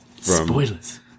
Spoilers